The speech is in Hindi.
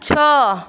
छः